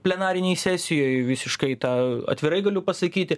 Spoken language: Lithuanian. plenarinėj sesijoj visiškai tą atvirai galiu pasakyti